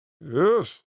Yes